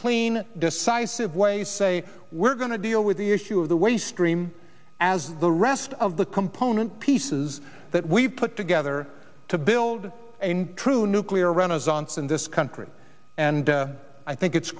clean decisive way say we're going to deal with the issue of the waste stream as the rest of the component pieces that we put together to build a true nuclear renaissance in this country and i think it's